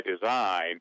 design